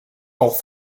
auch